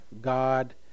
God